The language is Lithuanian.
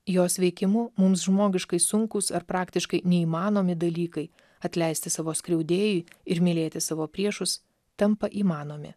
jos veikimu mums žmogiškai sunkūs ar praktiškai neįmanomi dalykai atleisti savo skriaudėjui ir mylėti savo priešus tampa įmanomi